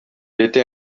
etait